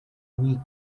week